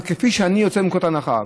כפי שאני יוצא מנקודת הנחה,